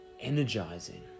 energizing